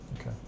Okay